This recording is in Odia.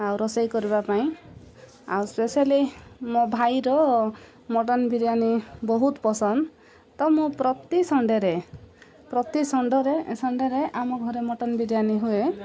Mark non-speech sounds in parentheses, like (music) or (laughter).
ଆଉ ରୋଷେଇ କରିବା ପାଇଁ ଆଉ ସ୍ପେସିଆଲି ମୋ ଭାଇର ମଟନ ବିରିୟାନୀ ବହୁତ ପସନ୍ଦ ତ ମୁଁ ପ୍ରତି ସନ୍ଡେରେ ପ୍ରତି (unintelligible) ସନ୍ଡେରେ ଆମ ଘରେ ମଟନ ବିରିୟାନୀ ହୁଏ